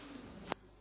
Hvala